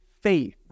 faith